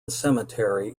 cemetery